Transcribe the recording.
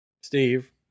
Steve